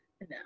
No